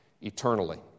eternally